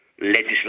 legislative